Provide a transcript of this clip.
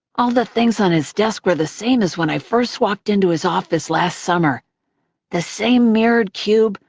all the things on his desk were the same as when i first walked into his office last summer the same mirrored cube,